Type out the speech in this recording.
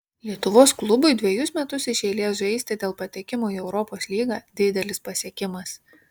lietuvos klubui dvejus metus iš eilės žaisti dėl patekimo į europos lygą didelis pasiekimas